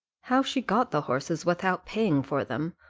how she got the horses without paying for them,